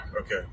Okay